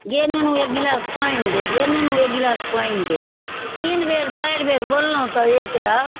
गे नुनू एक गिलास पानि दे गे नुनू एक गिलास पानि दे तीन बेर चारि बेर बोललहुँ तऽ एकदा